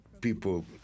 people